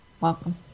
Welcome